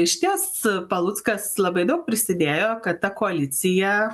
išties paluckas labai daug prisidėjo kad ta koalicija